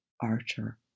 Archer